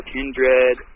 Kindred